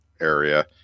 area